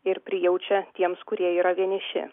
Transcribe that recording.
ir prijaučia tiems kurie yra vieniši